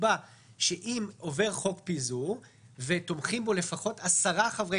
נקבע שאם עובר חוק פיזור ותומכים בו לפחות עשרה חברי